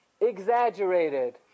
exaggerated